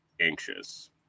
anxious